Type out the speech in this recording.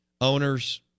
Owners